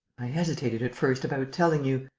i hesitated at first about telling you.